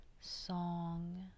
song